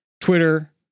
Twitter